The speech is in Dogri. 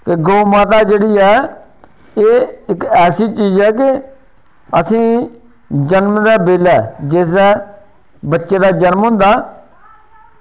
ते गौ माता जेह्ड़ी ऐ एह् इक्क ऐसी चीज़ ऐ कि असेंगी जमदे बेल्लै जिसलै बच्चे दा जन्म होंदा